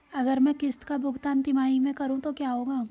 अगर मैं किश्त का भुगतान तिमाही में करूं तो क्या होगा?